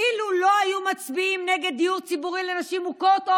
אילו לא היו מצביעים נגד דיור ציבורי לנשים מוכות,